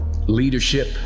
leadership